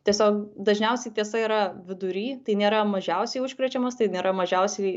tiesiog dažniausiai tiesa yra vidury tai nėra mažiausiai užkrečiamas tai nėra mažiausiai